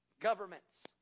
governments